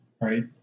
Right